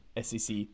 SEC